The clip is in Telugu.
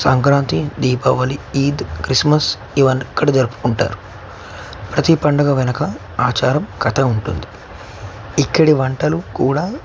సంక్రాంతి దీపావళి ఈద్ క్రిస్మస్ ఇవన్ని ఇక్కడ జరుపుకుంటారు ప్రతి పండుగ వెనక ఆచారం కథ ఉంటుంది ఇక్కడి వంటలు కూడా